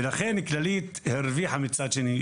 לכן כללית הרוויחה מצד שני.